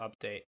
update